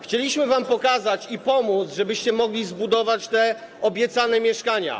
Chcieliśmy wam pokazać i pomóc, żebyście mogli zbudować te obiecane mieszkania.